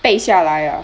背下来 ah